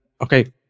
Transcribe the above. Okay